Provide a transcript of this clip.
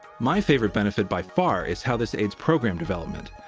my favorite benefit, by far, is how this aids program development.